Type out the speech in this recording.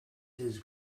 his